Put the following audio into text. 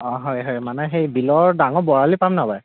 অঁ হয় হয় মানে হেই বিলৰ ডাঙৰ বৰালি পাম নাই বাৰু